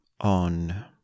on